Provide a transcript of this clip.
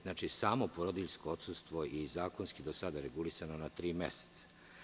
Znači, i samo porodiljsko odsustvo je i zakonski do sada regulisano na tri meseca.